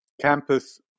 Campus